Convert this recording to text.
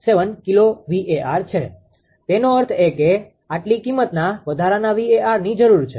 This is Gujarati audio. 7 કિલો VAr છે તેનો અર્થ એ કે આટલી કિમતના વધારાના VArની જરૂર છે